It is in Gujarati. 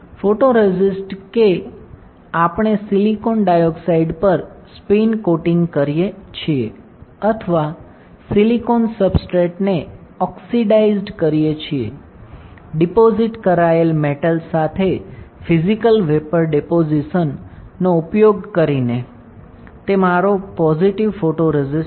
ફોટોરેસિસ્ટ કે આપણે સિલિકોન ડાયોક્સાઇડ પર સ્પિન કોટિંગ કરીએ છીએ અથવા સિલિકોન સબસ્ટ્રેટને ઓક્સિડાઇઝ કરીએ છીએ ડિપોજિટ કરાયેલ મેટલ સાથે ફિજિકલ વેપર ડિપોજિસન નો ઉપયોગ કરીને તે મારો પોઝિટિવ ફોટોરેસિસ્ટ છે